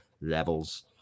levels